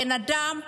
בן אדם,